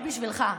הרבנית, בשבילך.